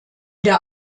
der